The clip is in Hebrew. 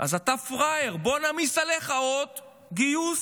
אז אתה פראייר, בוא נעמיס עליך עוד גיוס,